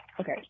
okay